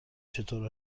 چطور